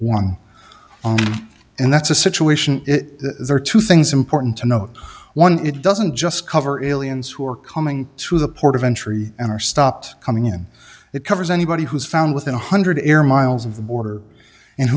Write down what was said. one and that's a situation it there are two things important to know one it doesn't just cover aliens who are coming through the port of entry and are stopped coming in it covers anybody who is found within one hundred air miles of the border and